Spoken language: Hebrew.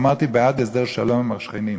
אמרתי: בעד הסדר שלום עם השכנים.